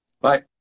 Bye